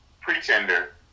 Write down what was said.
Pretender